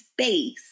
space